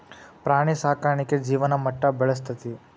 ಪ್ರಾಣಿ ಸಾಕಾಣಿಕೆ ಜೇವನ ಮಟ್ಟಾ ಬೆಳಸ್ತತಿ